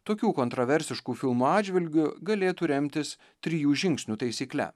tokių kontroversiškų filmų atžvilgiu galėtų remtis trijų žingsnių taisykle